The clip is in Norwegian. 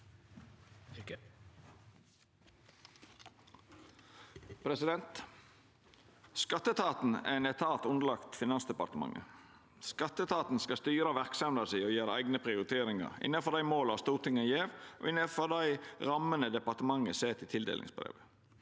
Skatteetaten er ein etat underlagt Finansdepartementet. Skatteetaten skal styra verksemda si og gjera eigne prioriteringar innanfor dei måla Stortinget gjev, og innanfor dei rammene departementet set i tildelingsbrevet.